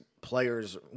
players